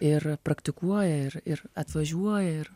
ir praktikuoja ir ir atvažiuoja ir